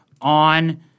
on